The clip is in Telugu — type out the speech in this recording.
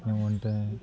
ఏమి ఉంటాయి